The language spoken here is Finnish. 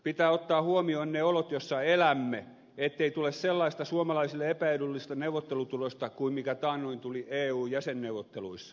pitää ottaa huomioon ne olot joissa elämme ettei tule sellaista suomalaisille epäedullista neuvottelutulosta kuin taannoin tuli eu jäsenneuvotteluissa